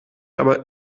aber